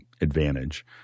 advantage